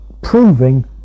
proving